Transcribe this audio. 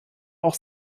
auch